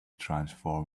transform